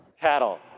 cattle